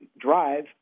drive